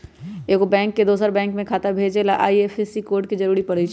एगो बैंक से दोसर बैंक मे पैसा भेजे ला आई.एफ.एस.सी कोड जरूरी परई छई